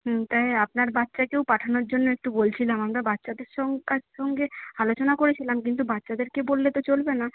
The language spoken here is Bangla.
হুম তাই আপনার বাচ্চাকেও পাঠানোর জন্য একটু বলছিলাম আমরা বাচ্চাদের সঙ্গে আলোচনা করেছিলাম কিন্তু বাচ্চাদেরকে বললে তো চলবে না